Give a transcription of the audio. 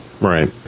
Right